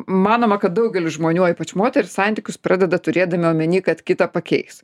manoma kad daugelis žmonių o ypač moterys santykius pradeda turėdami omeny kad kitą pakeis